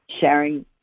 sharing